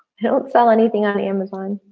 don't sell anything on the amazon.